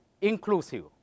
inclusive